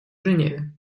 женеве